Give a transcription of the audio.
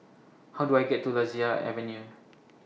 How Do I get to Lasia Avenue